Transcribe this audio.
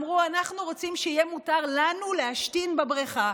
אמרו: אנחנו רוצים שיהיה מותר לנו להשתין בבריכה.